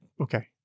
okay